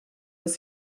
das